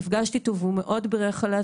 נפגשתי איתו והוא מאוד בירך עליה.